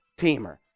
teamer